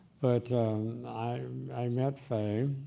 but i met fay,